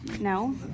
No